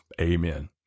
Amen